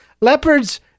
Leopards